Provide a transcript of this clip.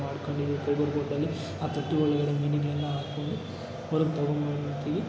ಮಾಡ್ಕೊಂಡಿದೀವಿ fibre ಬೋಟಲ್ಲಿ ಆ ತೊಟ್ಟಿ ಒಳಗಡೆ ಮೀನುಗಳು ಎಲ್ಲ ಹಾಕ್ಕೊಂಡು ಹೊರಗೆ ತಗೊಂಬಂದ್ಬಿಡ್ತೀವಿ